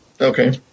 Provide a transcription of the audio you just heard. Okay